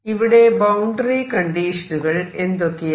ഇവിടെ ബൌണ്ടറി കണ്ടീഷനുകൾ എന്തൊക്കെയാണ്